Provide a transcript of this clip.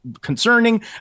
concerning